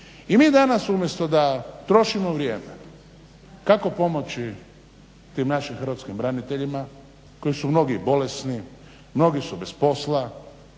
i mi danas umjesto da trošimo vrijeme kako pomoći tim našim hrvatskim braniteljima koji su mnogi bolesni, mnogi su bez posla,